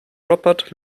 robert